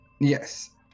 Yes